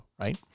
right